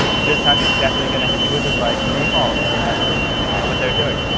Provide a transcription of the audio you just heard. yeah this time he's definitely going to hit me with his legs and fall. and they never do. they know what they're doing.